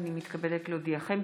הינני מתכבדת להודיעכם,